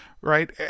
right